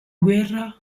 guerra